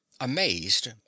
amazed